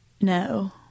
No